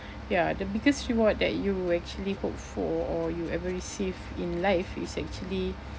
ya the biggest reward that you actually hope for or you ever receive in life is actually